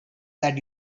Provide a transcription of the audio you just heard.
that